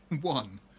One